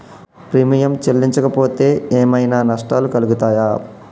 Premium చెల్లించకపోతే ఏమైనా నష్టాలు కలుగుతయా?